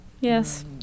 Yes